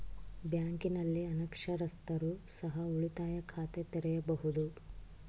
ಬ್ಯಾಂಕಿನಲ್ಲಿ ಅನಕ್ಷರಸ್ಥರು ಸಹ ಉಳಿತಾಯ ಖಾತೆ ತೆರೆಯಬಹುದು?